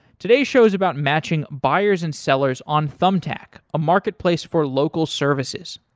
today's show is about matching buyers and sellers on thumbtack, a market place for local services.